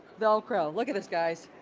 velcro. look at this guys.